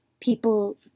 people